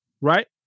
right